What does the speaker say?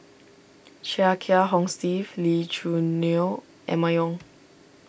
Chia Kiah Hong Steve Lee Choo Neo Emma Yong